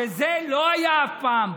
וזה לא היה אף פעם פה.